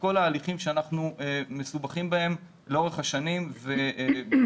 כל התהליכים שאנחנו מסובכים בהם לאורך השנים וחבר